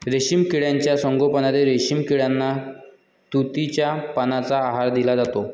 रेशीम किड्यांच्या संगोपनात रेशीम किड्यांना तुतीच्या पानांचा आहार दिला जातो